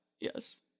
Yes